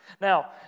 Now